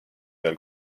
peal